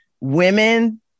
women